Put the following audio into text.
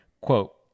Quote